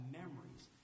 memories